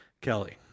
Kelly